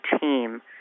team